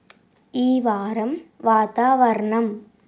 ఈ వారం వాతావరణం